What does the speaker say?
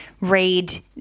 Read